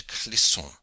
Clisson